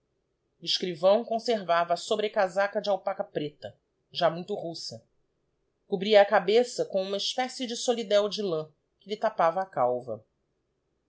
escrivão conservava a sobrecasaca de alpaca preta já muito russa cobria a cabeça com uma espécie de solidéo de lã que lhe tapava a calva